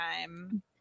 time